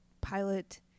pilot